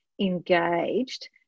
engaged